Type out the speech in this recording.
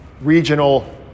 regional